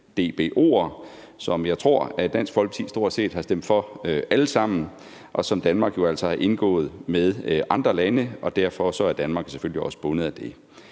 som jeg tror at Dansk Folkeparti stort set har stemt for alle sammen, og som Danmark jo altså har indgået med andre lande, og derfor er Danmark selvfølgelig også bundet af det.